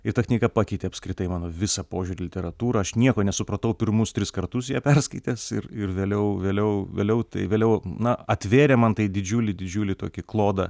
ir ta knyga pakeitė apskritai mano visą požiūrį į literatūrą aš nieko nesupratau pirmus tris kartus ją perskaitęs ir ir vėliau vėliau vėliau tai vėliau na atvėrė man tai didžiulį didžiulį tokį klodą